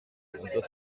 deux